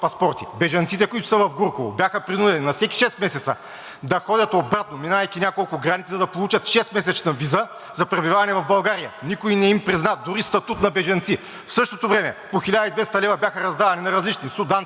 за пребиваване в България – никой не им призна дори статут на бежанци. В същото време по 1200 лв. бяха раздавани на различни – суданци, пакистанци, афганистанци, иракчани, които казваха, лъжейки, на границата, че са си изгубили документите и че са сирийски бежанци.